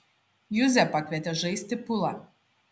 juzę pakvietė žaisti pulą